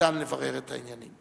וניתן לברר את העניינים.